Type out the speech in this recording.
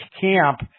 camp